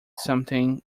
something